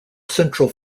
central